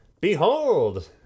Behold